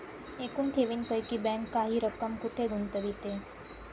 एकूण ठेवींपैकी बँक काही रक्कम कुठे गुंतविते?